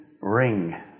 ring